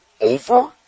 over